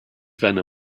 venom